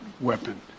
weapon